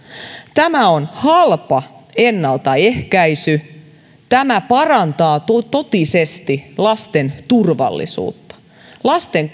tämä on halpa ennaltaehkäisy tämä parantaa totisesti lasten turvallisuutta lasten